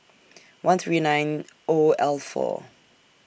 one three nine O L four